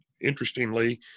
interestingly